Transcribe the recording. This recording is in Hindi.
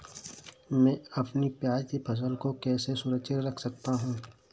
मैं अपनी प्याज की फसल को कैसे सुरक्षित रख सकता हूँ?